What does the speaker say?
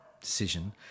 decision